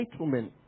entitlement